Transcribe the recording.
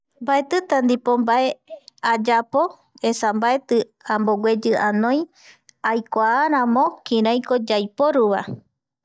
Mbaetita ndipo mbae ayapo esa mbaeti ambogueyi anoi aikuaaramo kiraiko yaiporuvae